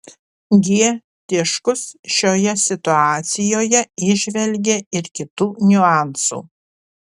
g tiškus šioje situacijoje įžvelgė ir kitų niuansų